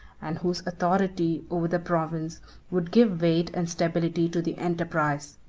and whose authority over the province would give weight and stability to the enterprise.